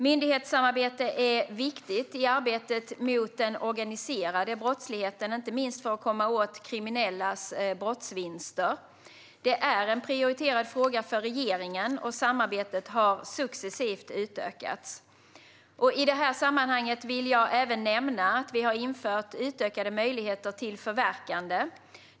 Myndighetssamarbete är viktigt i arbetet mot den organiserade brottsligheten, inte minst för att komma åt kriminellas brottsvinster. Det är en prioriterad fråga för regeringen, och samarbetet har successivt utökats. I det här sammanhanget vill jag även nämna att vi har infört utökade möjligheter till förverkande.